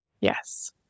Yes